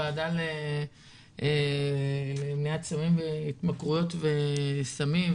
בוועדה למניעת סמים והתמכרויות בקרב צעירים ---.